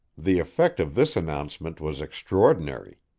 the effect of this announcement was extraordinary.